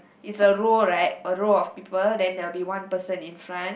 is a roll right a roll of people then will be one person in front